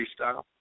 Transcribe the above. freestyle